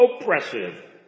oppressive